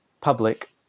public